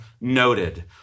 noted